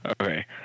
okay